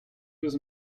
was